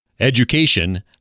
education